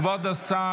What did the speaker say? כבוד השר